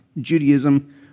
Judaism